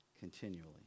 Continually